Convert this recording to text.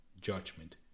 judgment